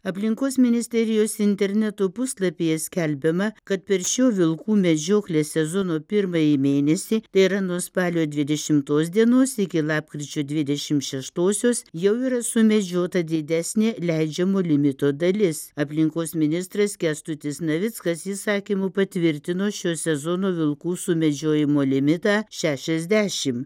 aplinkos ministerijos interneto puslapyje skelbiama kad per šio vilkų medžioklės sezono pirmąjį mėnesį tai yra nuo spalio dvidešimtos dienos iki lapkričio dvidešimt šeštosios jau yra sumedžiota didesnė leidžiamo limito dalis aplinkos ministras kęstutis navickas įsakymu patvirtino šio sezono vilkų sumedžiojimo limitą šešiasdešimt